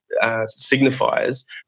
signifiers